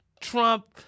Trump